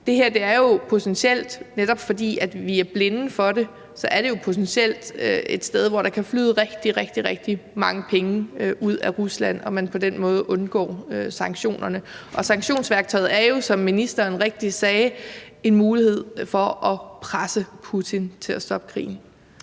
et sted, hvor der, netop fordi vi er blinde for det, potentielt kan flyde rigtig, rigtig mange penge ud af Rusland og man på den måde undgår sanktionerne. Og sanktionsværktøjet er jo, som ministeren rigtigt sagde, en mulighed for at presse Putin til at stoppe krigen.